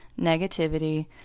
negativity